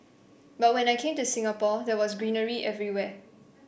but when I came to Singapore there was greenery everywhere